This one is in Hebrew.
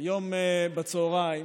היום בצוהריים,